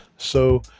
so,